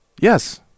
Yes